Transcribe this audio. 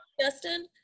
Justin